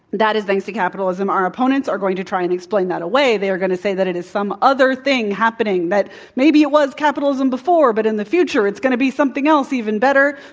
that is thanks to capitalism. our opponents are going to try and explain that away. they are going to say that it is some other thing happening, that maybe it was capitalism before but in the future it's going to be something else even better.